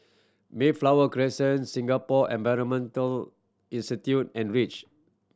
Mayflower Crescent Singapore Environmental Institute and Reach